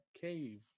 cave